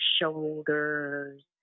shoulders